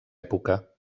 època